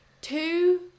two